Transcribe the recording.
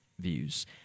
views